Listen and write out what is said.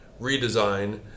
redesign